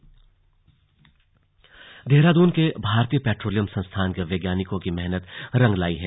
slug विमान देहरादून के भारतीय पेट्रोलियम संस्थान के वैज्ञानिकों की मेहनत रंग लाई है